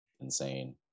insane